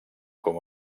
com